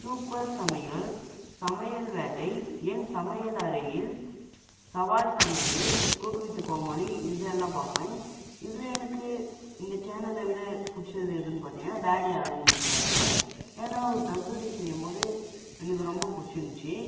super சமையல் சமையல் வேட்டை என் சமையல் அறையில் சவால் சமையல் குக் வித் கோமாளி இதெல்லாம் பார்ப்பேன் இதில் எனக்கு இந்த சேனலை விட பிடிச்சது எதுன்னு பார்த்தீங்கன்னா டாடி ஆறுமுகம் சமையல் ஏன்னால் அவர் தந்தூரி செய்யும்போது எனக்கு ரொம்ப பிடிச்சிருந்துச்சி